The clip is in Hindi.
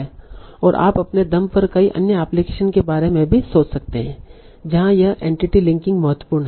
और आप अपने दम पर कई अन्य एप्लीकेशनस के बारे में भी सोच सकते हैं जहां यह एंटिटी लिंकिंग महत्वपूर्ण है